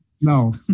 No